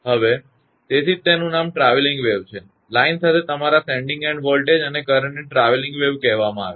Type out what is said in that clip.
હવે તેથી જ તેનું નામ ટ્રાવેલીંગ વેવ છે લાઇન સાથે તમારા સેન્ડીંગ એન્ડ વોલ્ટેજ અને કરંટ ને ટ્રાવેલીંગ વેવ કહેવામાં આવે છે